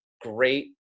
great